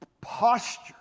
posture